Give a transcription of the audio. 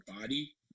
body